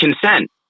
consent